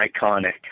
iconic